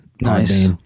Nice